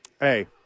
Hey